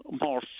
more